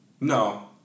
No